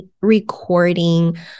recording